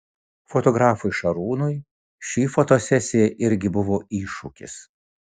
fotografui šarūnui ši fotosesija irgi buvo iššūkis